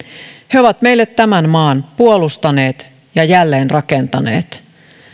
he ovat meille tämän maan puolustaneet ja jälleenrakentaneet